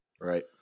Right